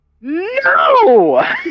No